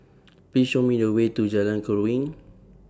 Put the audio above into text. Please Show Me The Way to Jalan Keruing